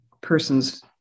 persons